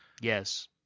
Yes